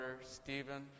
Stephen